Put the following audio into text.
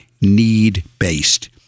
need-based